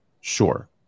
Sure